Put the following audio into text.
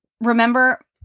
remember